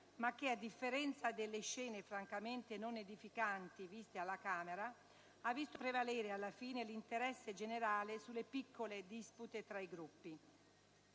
ma che, a differenza delle scene francamente non edificanti viste alla Camera, ha visto prevalere alla fine l'interesse generale sulle piccole dispute tra i Gruppi.